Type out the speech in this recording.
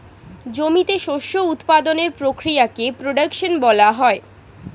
জমিতে শস্য উৎপাদনের প্রক্রিয়াকে প্রোডাকশন বলা হয়